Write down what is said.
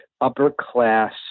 upper-class